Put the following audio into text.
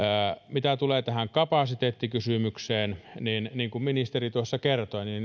mitä tulee tähän kapasiteettikysymykseen niin niin kuin ministeri tuossa kertoi vr on